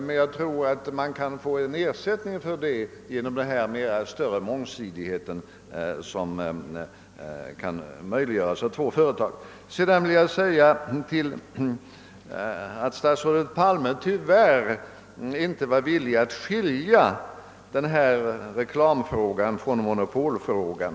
Men jag tror att man kan åstadkomma en viss ersättning för replikrätten genom den större mångsidighet som möjliggöres om man har två företag. Statsrådet Palme var tyvärr inte villig att skilja reklamfrågan från monopolfrågan.